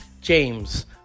James